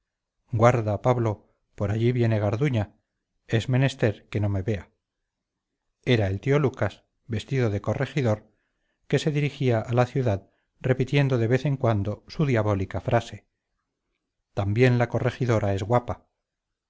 guarda pablo por allí viene garduña es menester que no me vea era el tío lucas vestido de corregidor que se dirigía a la ciudad repitiendo de vez en cuando su diabólica frase también la corregidora es guapa